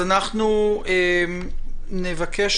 אנחנו נבקש,